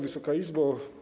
Wysoka Izbo!